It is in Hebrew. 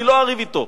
אני לא אריב אתו.